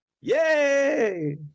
Yay